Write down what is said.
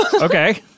Okay